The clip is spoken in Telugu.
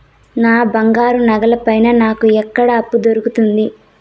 నా బంగారు నగల పైన నాకు ఎక్కడ అప్పు దొరుకుతుంది